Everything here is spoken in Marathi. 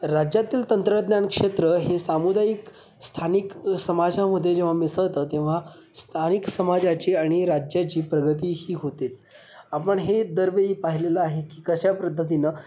राज्यातील तंत्रज्ञान क्षेत्र हे सामुदायिक स्थानिक समाजामध्ये जेव्हा मिसळतं तेव्हा स्थानिक समाजाची आणि राज्याची प्रगती ही होतेच आपण हे दरवेळी पाहिलेलं आहे की कशा पद्धतीनं